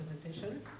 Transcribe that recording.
presentation